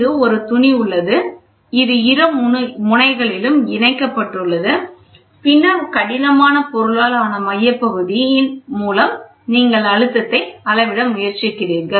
இங்கே ஒரு துணி உள்ளது இது இரு முனைகளிலும் இணைக்கப்பட்டுள்ளது பின்னர் கடினமான பொருளால் ஆன மையப்பகுதி ன் மூலம் நீங்கள் அழுத்தத்தை அளவிட முயற்சிக்கிறீர்கள்